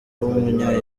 w’umunya